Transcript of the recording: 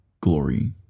glory